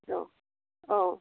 औ औ